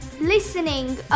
listening